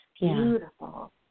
beautiful